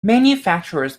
manufacturers